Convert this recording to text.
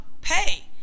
pay